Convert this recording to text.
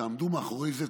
תעמדו מאחורי זה,